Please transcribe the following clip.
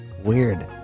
Weird